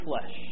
flesh